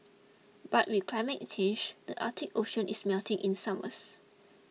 but with climate change the Arctic Ocean is melting in summers